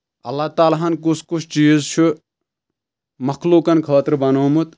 اللہ تعالیٰ ہَن کُس کُس چیٖز چھُ مخلوٗقن خٲطرٕ بَنوٚومُت